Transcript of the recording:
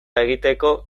egiteko